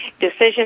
decision